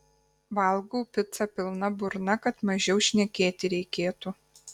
valgau picą pilna burna kad mažiau šnekėti reikėtų